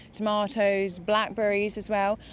tomatoes, blackberries as well,